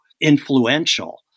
influential